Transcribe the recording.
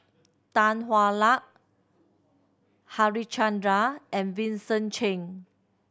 Tan Hwa Luck Harichandra and Vincent Cheng